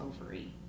ovary